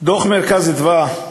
דוח "מרכז אדוה",